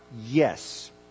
Yes